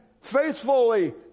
faithfully